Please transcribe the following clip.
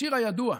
השיר הידוע,